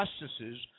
justices